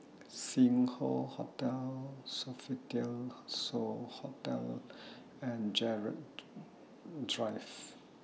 Sing Hoe Hotel Sofitel So Hotel and Gerald Drive